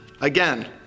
again